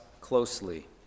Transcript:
closely